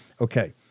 Okay